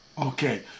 Okay